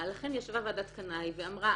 לכן ישבה ועדת קנאי ואמרה,